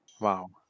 Wow